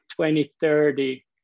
2030